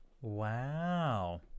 Wow